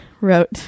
wrote